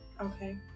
Okay